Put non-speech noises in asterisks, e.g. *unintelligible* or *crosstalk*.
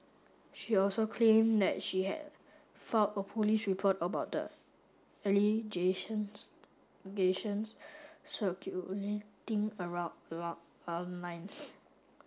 she also claimed that she has filed a police report about the *unintelligible* allegations *unintelligible* circulating a wrong long online *noise*